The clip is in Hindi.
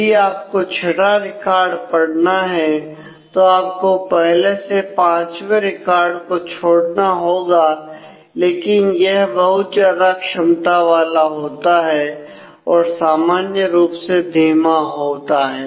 यदि आपको छठा रिकॉर्ड पढ़ना है तो आपको पहले से पांचवें रिकॉर्ड को छोड़ना होगा लेकिन यह बहुत ज्यादा क्षमता वाला होता है और सामान्य रूप से धीमा होता है